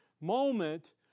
moment